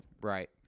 Right